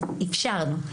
אפשרנו לה.